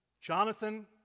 Jonathan